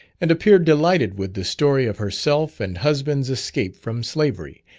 and appeared delighted with the story of herself and husband's escape from slavery,